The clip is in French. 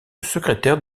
secrétaire